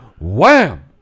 wham